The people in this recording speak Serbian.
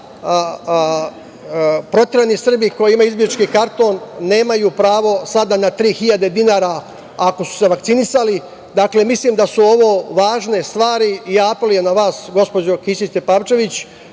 Proterani Srbi koji imaju izbeglički karton nemaju pravo sada na tri hiljade dinara ako su se vakcinisali. Dakle, mislim da su ovo važne stvari i ja apelujem na vas, gospođo Kisić Tepavčević,